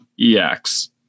EX